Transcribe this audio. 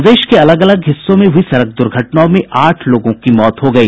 प्रदेश के अलग अलग हिस्सों में हुई सड़क दुर्घटनाओं में आठ लोगों की मौत हो गयी